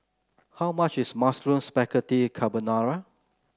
how much is Mushroom Spaghetti Carbonara